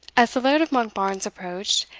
as the laird of monkbarns approached,